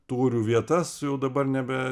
tūrių vietas jau dabar nebe